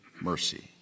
mercy